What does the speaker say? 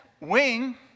wing